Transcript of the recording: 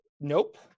nope